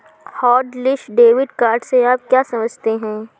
Hotlist debit card से आप क्या समझते हैं?